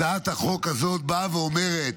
הצעת החוק הזאת באה ואומרת